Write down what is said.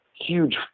huge